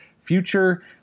future